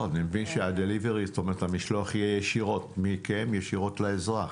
לא, אני מבין שהמשלוח יהיה מכם ישירות לאזרח.